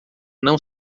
não